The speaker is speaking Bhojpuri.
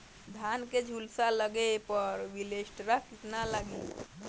धान के झुलसा लगले पर विलेस्टरा कितना लागी?